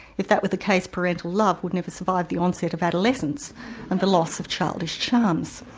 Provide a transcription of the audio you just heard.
if that were the case, parental love would never survive the onset of adolescence and the loss of childish charms.